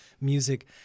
music –